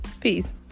Peace